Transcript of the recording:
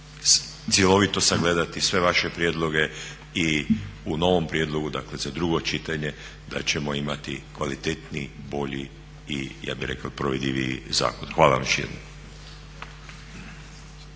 cjelovito sagledati sve vaše prijedloge i u novom prijedlogu, dakle za drugo čitanje da ćemo imati kvalitetniji, bolji i ja bih rekao provedljiviji zakon. Hvala vam još